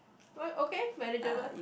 what okay manageable